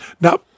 Now